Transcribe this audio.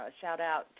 shout-out